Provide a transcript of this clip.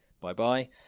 bye-bye